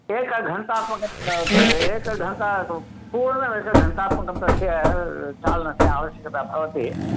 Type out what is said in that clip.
एकघण्टात्मकं ब ब एकघण्टा पूर्ण एकघण्टात्मकं तस्य चालनस्य आवश्यकता भवति